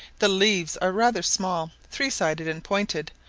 the leaves are rather small, three-sided and pointed,